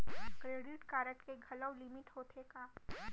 Credit card के घलव limit होथे का?